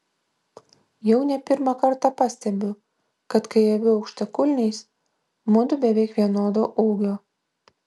jau ne pirmą kartą pastebiu kad kai aviu aukštakulniais mudu beveik vienodo ūgio